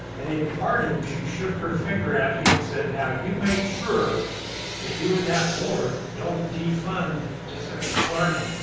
and in parting, she shook her finger at me and said, now, you make sure that you and that board don't defund distance learning.